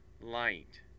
light